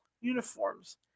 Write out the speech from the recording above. uniforms